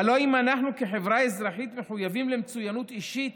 הלוא אם אנחנו כחברה אזרחית מחויבים למצוינות אישית